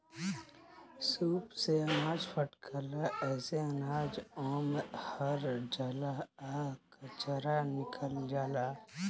सूप से अनाज फटकाला एसे अनाज ओमे रह जाला आ कचरा निकल जाला